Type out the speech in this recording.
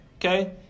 Okay